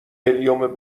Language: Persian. هلیوم